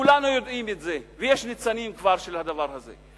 כולנו יודעים את זה, ויש כבר ניצנים של הדבר הזה.